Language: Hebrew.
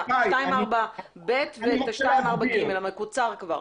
ואחרים, 4.2ב ו-4.2ג, המקוצר כבר.